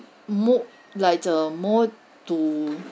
mo~ like a more to